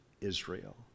Israel